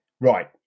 right